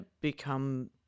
become